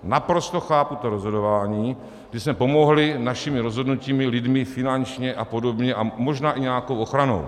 Naprosto chápu to rozhodování, že jsme pomohli našimi rozhodnutími, lidmi, finančně apod. a možná i nějakou ochranou.